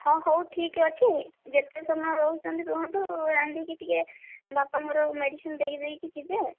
ହଁ ହେଉ ଠିକ ଅଛି ଯେତେ ସମୟ ରହୁଛନ୍ତି ରୁହନ୍ତୁ ଆଣିକି ଟିକେ ବାପାଙ୍କର ମେଡ଼ିସିନ ଦେଇଦେଇକି ଯିବେ